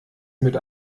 mit